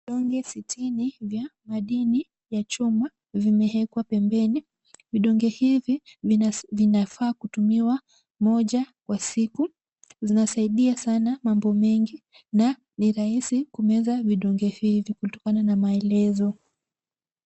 Vidonge sitini vya madini vya chuma vimeekwa pembeni. Vidonge hivi vinafaa kutumiwa moja kwa siku. Zinasaidia sana mambo mengi na ni rahisi kumeza vidonge hivi kutokana na maelezo.